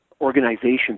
organizations